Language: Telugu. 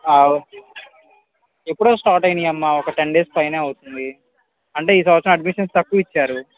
ఎప్పుడో స్టార్ట్ అయినాయి అమ్మా ఒక టెన్ డేస్ పైనే అవుతుంది అంటే ఈ సంవత్సరం అడ్మిషన్స్ తక్కువ ఇచ్చారు